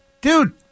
Dude